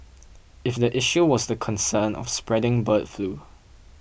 if the issue was the concern of spreading bird flu